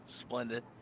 Splendid